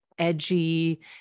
edgy